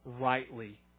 rightly